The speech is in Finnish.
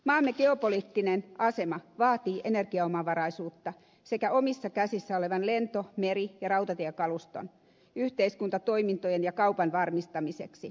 maamme geopoliittinen asema vaatii energiaomavaraisuutta sekä omissa käsissä olevan len to meri ja rautatiekaluston yhteiskuntatoimintojen ja kaupan varmistamiseksi